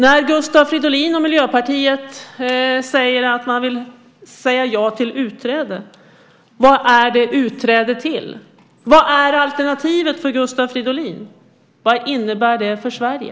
När Gustav Fridolin och Miljöpartiet säger att man vill säga ja till utträde, vad är det utträde till? Vad är alternativet för Gustav Fridolin? Vad innebär det för Sverige?